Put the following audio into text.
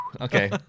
Okay